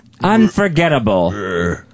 Unforgettable